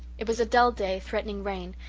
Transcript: it was a dull day, threatening rain,